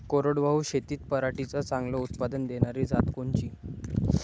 कोरडवाहू शेतीत पराटीचं चांगलं उत्पादन देनारी जात कोनची?